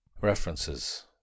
References